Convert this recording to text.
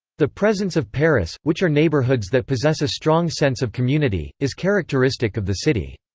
the presence of paras, which are neighbourhoods that possess a strong sense of community, is characteristic of the city.